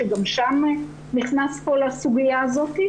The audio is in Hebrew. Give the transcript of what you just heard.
שגם שם נכנסת כל הסוגיה הזאת,